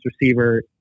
receiver